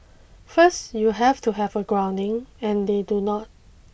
first you have to have a grounding and they do not